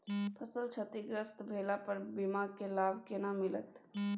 फसल क्षतिग्रस्त भेला पर बीमा के लाभ केना मिलत?